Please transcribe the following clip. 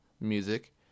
Music